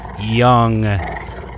young